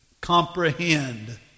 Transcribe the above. comprehend